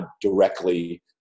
directly